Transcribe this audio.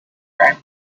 and